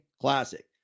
classic